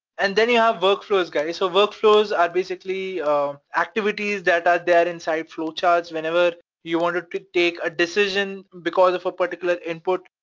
and then you have work flows guys. so work flows are basically activities that are there inside flow charts, whenever you wanted to take a decision because of a particular input.